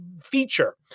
feature